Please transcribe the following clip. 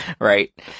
Right